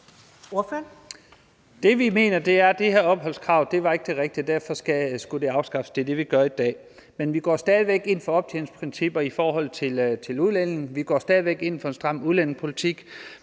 Det, vi mener, er, at det her opholdskrav ikke er det rigtige, og derfor skal det afskaffes – og det er det, vi gør i dag. Men vi går stadig væk ind for optjeningsprincipper i forhold til udlændinge; vi går stadig væk ind for en stram udlændingepolitik.